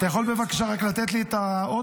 אתה יכול בבקשה רק לתת לי את האות?